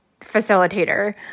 facilitator